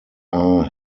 are